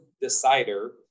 decider